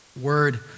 word